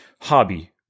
hobby